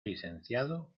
licenciado